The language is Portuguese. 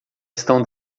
estão